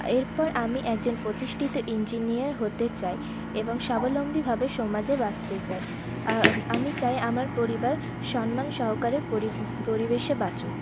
এরপর আমি একজন প্রতিষ্ঠিত ইঞ্জিনিয়ার হতে চাই এবং স্বাবলম্বীভাবে সমাজে বাঁচতে চাই আমি চাই আমার পরিবার সম্মান সহকারে পরিবেশে বাঁচুক